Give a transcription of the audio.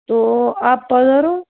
તો આપ પધારો